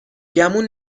گمون